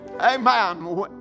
Amen